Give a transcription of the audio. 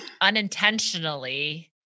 unintentionally